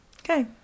Okay